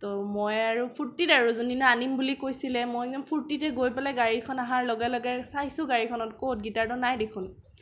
ত' মই আৰু ফুৰ্টিত আৰু যোনদিনা আনিম বুলি কৈছিলে মই একদম ফুৰ্টিতে গৈ পেলাই গাড়ীখন অহাৰ লগে লগে চাইছোঁ গাড়ীখনত ক'ত গিটাৰটো নাই দেখোন